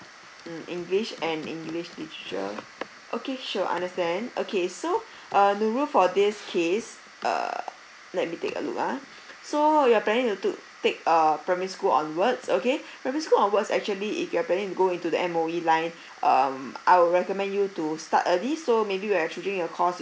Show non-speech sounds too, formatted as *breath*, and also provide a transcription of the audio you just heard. mm english and english teacher okay sure understand okay so *breath* uh nurul for this case err let me take a look ah so you're planning to take a primary school onwards okay *breath* primary school onwards actually if you're planning to go into the M_O_E line *breath* um I will recommend you to start early so maybe when choosing your course